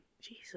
Jesus